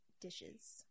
dishes